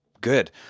good